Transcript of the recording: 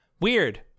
Weird